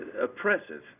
oppressive